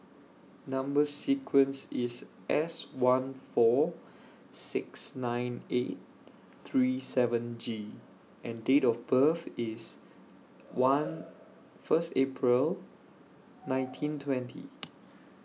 Number sequence IS S one four six nine eight three seven G and Date of birth IS one First April nineteen twenty